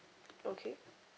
okay